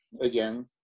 again